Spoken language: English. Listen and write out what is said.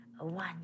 one